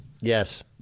Yes